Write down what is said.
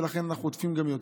ולכן אנחנו חוטפים יותר,